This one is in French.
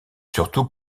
surtout